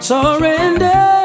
Surrender